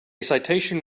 citation